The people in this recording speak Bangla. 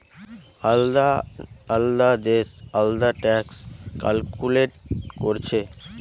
আলদা আলদা দেশ আলদা ট্যাক্স ক্যালকুলেট কোরছে